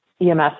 EMS